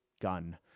gun